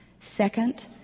Second